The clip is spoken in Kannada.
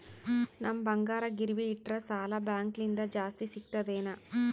ನಮ್ ಬಂಗಾರ ಗಿರವಿ ಇಟ್ಟರ ಸಾಲ ಬ್ಯಾಂಕ ಲಿಂದ ಜಾಸ್ತಿ ಸಿಗ್ತದಾ ಏನ್?